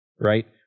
right